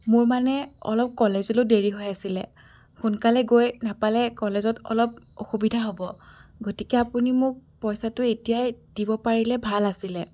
মোৰ মানে অলপ কলেজলৈও দেৰি হৈ আছিলে সোনকালে গৈ নাপালে কলেজত অলপ অসুবিধা হ'ব গতিকে আপুনি মোক পইচাটো এতিয়াই দিব পাৰিলে ভাল আছিলে